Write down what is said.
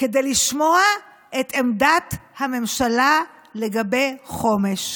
כדי לשמוע את עמדת הממשלה לגבי חומש.